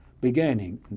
beginning